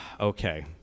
Okay